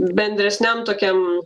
bendresniam tokiam